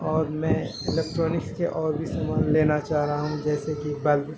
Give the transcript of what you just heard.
اور میں الیکٹرونک کے اور بھی سامان لینا چاہ رہا ہوں جیسے کہ بلب